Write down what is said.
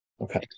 Okay